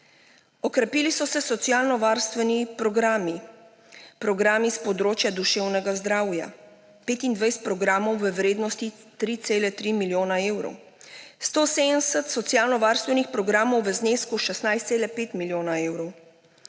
Okrepili so se socialnovarstveni programi, programi s področja duševnega zdravja − 25 programov v vrednosti 3,3 milijona evrov, 170 socialnovarstvenih programov v znesku 16,5 milijona evrov.